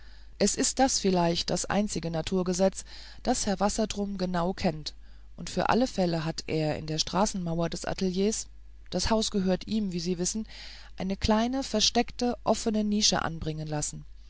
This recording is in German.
es ist das vielleicht das einzige naturgesetz das herr wassertrum genau kennt und für alle fälle hat er in der straßenmauer des ateliers das haus gehört ihm wie sie wissen eine kleine versteckte offene nische anbringen lassen